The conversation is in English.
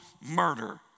murder